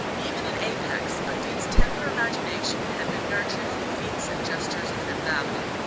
even in apex, undine's tender imagination had been nurtured on the feats and gestures of fifth avenue.